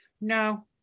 No